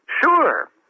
Sure